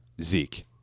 Zeke